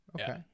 okay